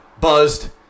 buzzed